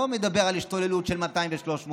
אני לא מדבר על השתוללות של 200 ו-300,